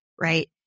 right